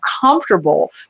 comfortable